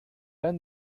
and